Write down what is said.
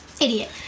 Idiot